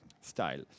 style